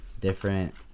different